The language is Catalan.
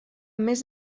més